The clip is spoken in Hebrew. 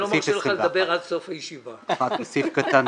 (1)בסעיף קטן